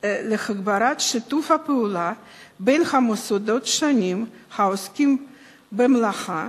להגברת שיתוף הפעולה בין המוסדות השונים העוסקים במלאכה,